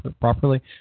properly